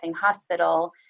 hospital